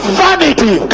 vanity